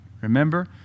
Remember